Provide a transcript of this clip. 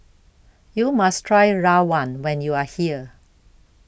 YOU must Try Rawon when YOU Are here